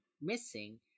missing